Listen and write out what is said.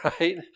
right